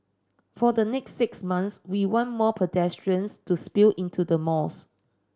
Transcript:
for the next six months we want more pedestrians to spill into the malls